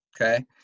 Okay